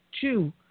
two